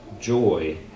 joy